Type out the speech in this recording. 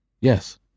Yes